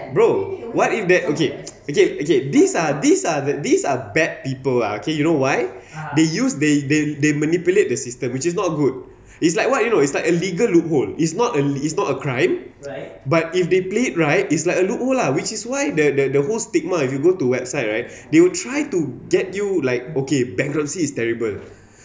bro what if the okay okay okay these are these are that these are bad people lah okay you know why they use they they they manipulate the system which is not good it's like what you know it's like a legal loophole it's not a it's not a crime but if they play it right it's like a loophole lah which is why the the the whole stigma if you go to website right they will try to get you like okay bankruptcy is terrible